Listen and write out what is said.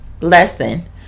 lesson